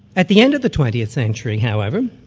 at the end of the twentieth century however,